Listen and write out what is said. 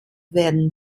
werden